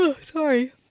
Sorry